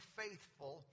faithful